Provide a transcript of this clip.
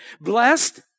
Blessed